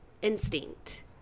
Instinct